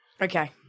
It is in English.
Okay